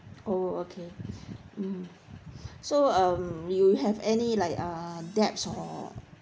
oh okay hmm so um you have any like ah uh debts or